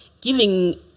giving